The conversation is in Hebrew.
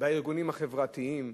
בארגונים החברתיים,